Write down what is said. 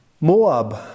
Moab